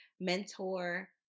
mentor